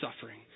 suffering